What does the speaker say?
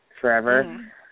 forever